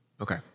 okay